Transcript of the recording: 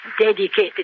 dedicated